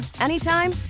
anytime